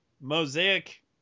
mosaic